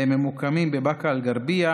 והם ממוקמים בבאקה אל-גרבייה,